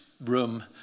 room